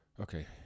okay